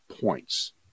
points